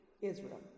Israel